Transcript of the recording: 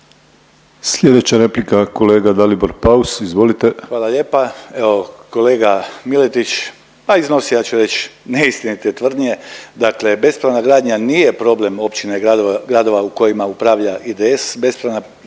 Slijedeća replika kolega Dalibor Paus, izvolite. **Paus, Dalibor (IDS)** Hvala lijepa. Evo kolega Miletić, pa iznosi ja ću reć neistinite tvrdnje, dakle bespravna gradnja nije problem općina i gradova, gradova u kojima upravlja IDS, bespravna, bespravna